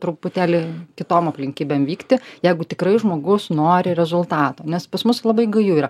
truputėlį kitom aplinkybėm vykti jeigu tikrai žmogus nori rezultato nes pas mus labai gaju yra